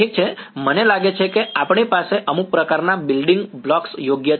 ઠીક છે મને લાગે છે કે આપણી પાસે અમુક પ્રકારના બિલ્ડિંગ બ્લોક્સ યોગ્ય છે